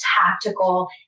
tactical